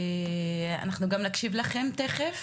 אנחנו גם נקשיב לכם תכף,